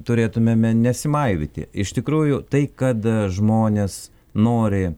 turėtumėme nesimaivyti iš tikrųjų tai kad žmonės nori